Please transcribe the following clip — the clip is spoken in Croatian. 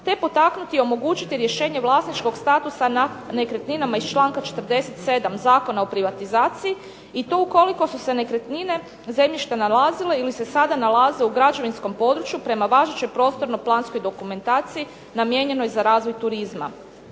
te potaknuti i omogućiti rješenje vlasničkog statusa nad nekretninama iz čl. 47. Zakona o privatizaciji i to ukoliko su se nekretnine zemljište nalazile ili se sada nalaze u građevinskom području prema važećoj prostorno-planskoj dokumentaciji namijenjenoj za razvoj turizma.